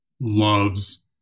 loves